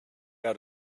out